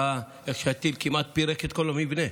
ראה איך הטיל פירק כמעט את כל המבנה.